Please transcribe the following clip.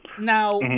now